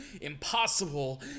Impossible